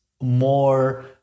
more